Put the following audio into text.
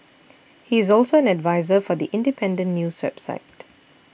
he is also an adviser for The Independent news website